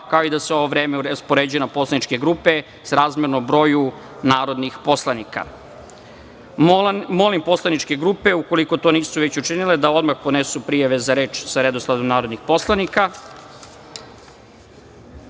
kao i da se ovo vreme raspoređuje na poslaničke grupe srazmerno broju narodnih poslanika. Molim poslaničke grupe, ukoliko to nisu već učinile, da odmah podnesu prijave za reč sa redosledom narodnih poslanika. Saglasno